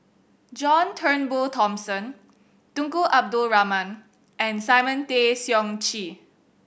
John Turnbull Thomson Tunku Abdul Rahman and Simon Tay Seong Chee